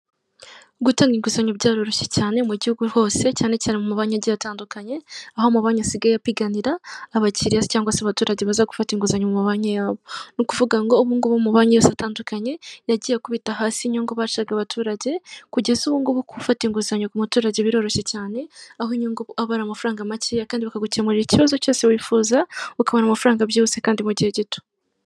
Gutanga inguzanyo byaroroshye cyane mu gihugu hose cyane cyane mu ma banki atandukanye ,aho amabanki asigaye apiganira abakiriya cyangwa se abaturage baza gufata inguzanyo muri banki nukuvuga ngo ubu ngubu mu mabanki yose atandukanye yagiye akubita hasi inyungu bacaga abaturage kugeza ubungubu gufata inguzanyo ku muturage biroroshye cyane aho inyungu aba ari amafaranga make kandi bakagukemurarira ikibazo cyose wifuza ukabona amafaranga byose kandi mu gihe gito.